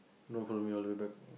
don't follow me all the way back